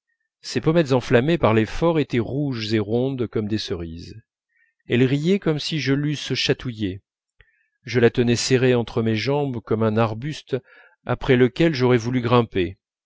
ses pommettes enflammées par l'effort étaient rouges et rondes comme des cerises elle riait comme si je l'eusse chatouillée je la tenais serrée entre mes jambes comme un arbuste après lequel j'aurais voulu grimper